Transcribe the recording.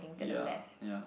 ya ya